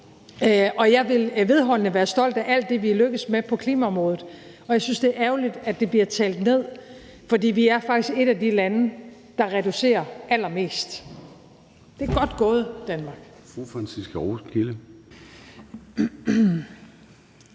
Jeg vil vedholdende være stolt af alt det, vi er lykkedes med på klimaområdet, og jeg synes, det er ærgerligt, at det bliver talt ned. For vi er faktisk et af de lande, der reducerer allermest. Det er godt gået, Danmark.